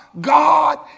God